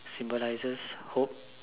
symbol lies hope